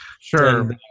Sure